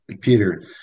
Peter